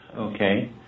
Okay